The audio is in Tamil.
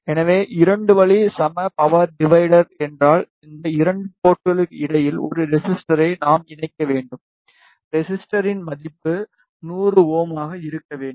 எனவே 2 வழி சம பவர் டிவைடர் என்றால் இந்த 2 போர்ட்களுக்கு இடையில் ஒரு ரெசிஸ்டரை நாம் இணைக்க வேண்டும் ரெசிஸ்டரின் மதிப்பு 100 Ω ஆக இருக்க வேண்டும்